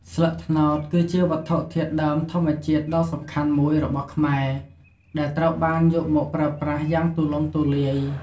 ស្លឹកត្នោតគឺជាវត្ថុធាតុដើមធម្មជាតិដ៏សំខាន់មួយរបស់ខ្មែរ ដែលត្រូវបានយកមកប្រើប្រាស់យ៉ាងទូលំទូលាយ។